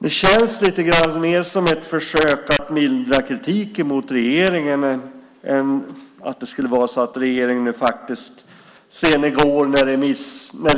Det känns lite mer som ett försök att mildra kritiken mot regeringen än att det skulle vara så att regeringen faktiskt sedan i går,